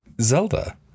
Zelda